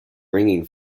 ringing